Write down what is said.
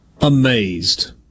amazed